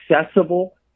accessible